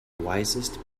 wisest